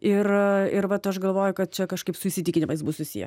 ir ir vat aš galvoju kad čia kažkaip su įsitikinimais bus susiję